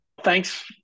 thanks